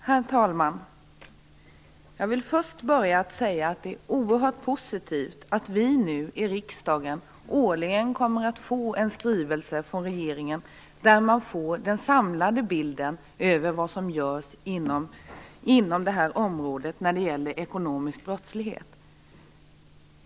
Herr talman! Jag vill börja med att säga att det är oerhört positivt att vi i riksdagen nu årligen kommer att få en skrivelse från regeringen som ger en samlad bild av vad som görs på området ekonomisk brottslighet.